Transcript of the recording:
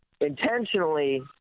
intentionally